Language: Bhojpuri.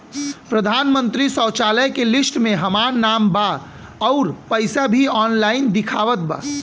प्रधानमंत्री शौचालय के लिस्ट में हमार नाम बा अउर पैसा भी ऑनलाइन दिखावत बा